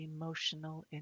emotional